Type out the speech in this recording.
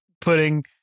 putting